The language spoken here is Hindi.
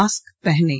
मास्क पहनें